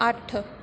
अट्ठ